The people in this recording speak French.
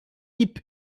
hip